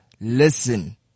Listen